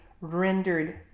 rendered